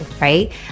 right